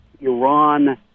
Iran